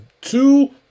two